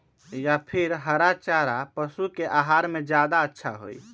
या फिर हरा चारा पशु के आहार में ज्यादा अच्छा होई?